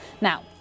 Now